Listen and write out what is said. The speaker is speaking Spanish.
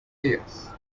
días